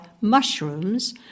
mushrooms